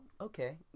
okay